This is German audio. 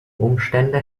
umstände